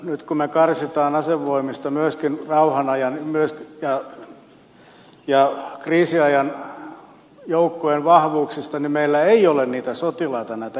nyt kun me karsimme asevoimista rauhanajan ja myöskin kriisiajan joukkojen vahvuuksista niin meillä ei ole niitä sotilaita näitä järjestelmiä käyttämään